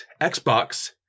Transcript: Xbox